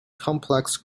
complex